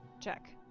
check